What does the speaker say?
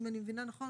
אם אני מבינה נכון,